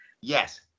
Yes